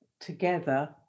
together